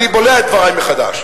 אני בולע את דברי מחדש.